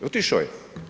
Otišao je.